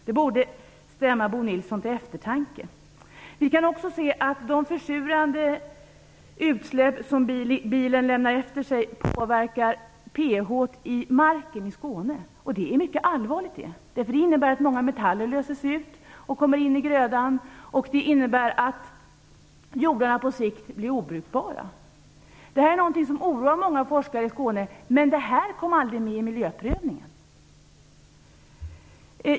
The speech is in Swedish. Det borde stämma Bo Nilsson till eftertanke. De försurande utsläppen från bilarna påverkar också pH-värdet i marken i Skåne, och det är mycket allvarligt. Det innebär att många metaller löses ut och kommer in i grödan och att jordarna på sikt blir obrukbara. Detta oroar många forskare i Skåne, men det kom aldrig med i miljöprövningen.